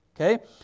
Okay